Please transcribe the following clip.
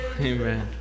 Amen